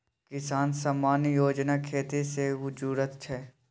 किसान सम्मान योजना खेती से जुरल छै